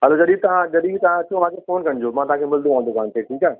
हलो जॾहिं तव्हां जॾहिं तव्हां अचो मूंखे फ़ोन कॼो मां तव्हांखे मिलदोमाव दुकान ते ठीकु आहे